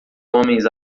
homens